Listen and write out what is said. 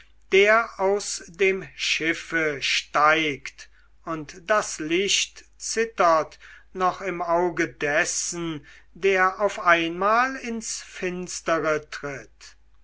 der aus dem schiffe steigt und das licht zittert noch im auge dessen der auf einmal ins finstere tritt